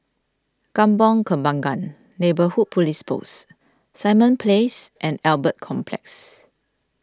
Kampong Kembangan Neighbourhood Police Post Simon Place and Albert Complex